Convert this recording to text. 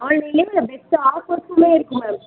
ஆன்லைன்லேயே பெஸ்ட்டு ஆஃபர்ஸுமே இருக்குது மேம்